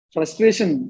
Frustration